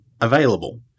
available